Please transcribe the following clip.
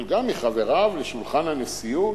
אבל גם מחבריו לשולחן הנשיאות,